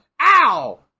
ow